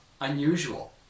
unusual